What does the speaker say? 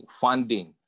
funding